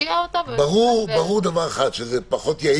את הוועדה לסוג הדיונים שאנחנו מקיימים עכשיו,